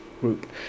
group